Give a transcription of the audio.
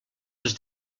les